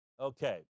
okay